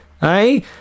hey